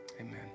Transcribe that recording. Amen